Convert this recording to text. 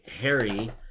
Harry